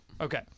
Okay